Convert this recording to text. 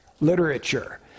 literature